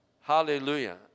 Hallelujah